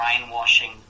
brainwashing